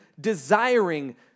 desiring